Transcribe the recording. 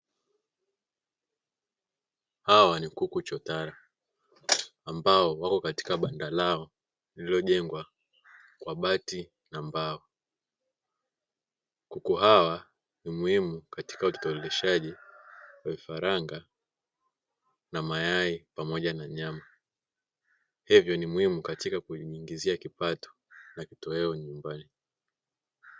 Hawa ni kuku chotara ambao wako katika banda lao lililojengwa kwa bati na mbao. Kuku hawa ni muhimu katika utotoleshaji wa vifaranga na mayai pamoja na nyama, hivyo ni muhimu katika kujiingizia kipato na kitoweo nyumbani.